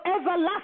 everlasting